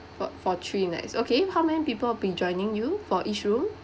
for for three nights okay how many people be joining you for each room